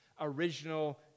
original